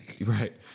right